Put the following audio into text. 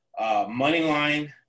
Moneyline